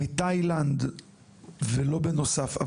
מתאילנד ולא בנוסף,